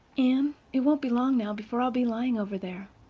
anne, it won't be long now before i'll be lying over there.